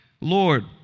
Lord